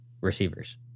receivers